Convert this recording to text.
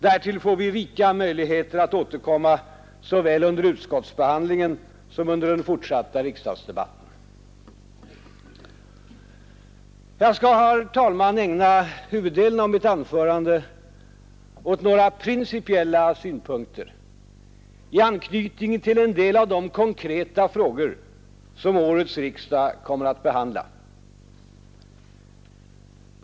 Därtill får vi rika möjligheter att återkomma såväl under utskottsbehandlingen som under den fortsatta riksdagsdebatten. Jag skall, herr talman, ägna huvuddelen av mitt anförande åt några principiella synpunkter i anknytning till en del av de konkreta frågor som årets riksdag kommer att behandla.